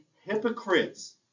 hypocrites